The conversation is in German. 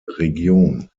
region